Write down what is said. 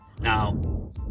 Now